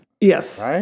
Yes